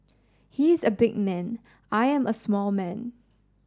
he is a big man I am a small man